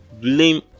blame